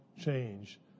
change